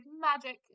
magic